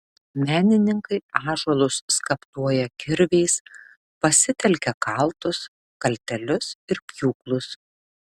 menininkai ąžuolus skaptuoja kirviais pasitelkia kaltus kaltelius ir pjūklus